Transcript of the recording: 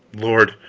lord,